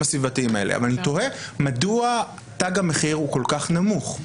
הסביבתיים האלה אבל אני תוהה מדוע תג המחיר כל-כך נמוך?